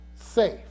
safe